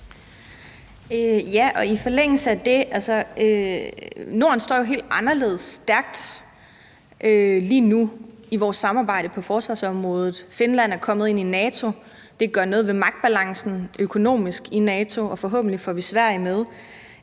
Norden jo står helt anderledes stærkt lige nu i vores samarbejde på forsvarsområdet. Finland er kommet ind i NATO, og det gør noget ved magtbalancen økonomisk i NATO, og forhåbentlig får vi Sverige med.